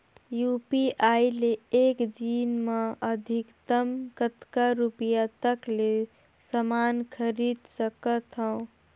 UPI ले एक दिन म अधिकतम कतका रुपिया तक ले समान खरीद सकत हवं?